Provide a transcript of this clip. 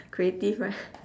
creative right